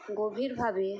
গভীরভাবে